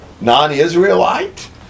non-Israelite